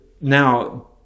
now